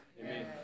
Amen